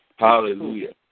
Hallelujah